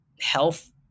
health